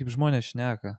kaip žmonės šneka